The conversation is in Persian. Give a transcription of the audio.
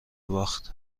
باخت